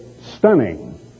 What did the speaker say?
stunning